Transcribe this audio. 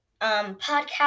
podcast